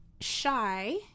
shy